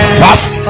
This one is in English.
fast